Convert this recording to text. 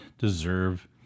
deserve